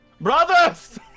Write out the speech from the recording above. BROTHERS